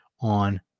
on